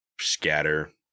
scatter